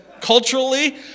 culturally